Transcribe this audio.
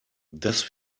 das